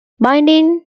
binding